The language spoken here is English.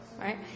right